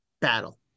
battle